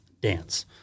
dance